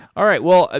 all right. well, ah